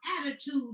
attitude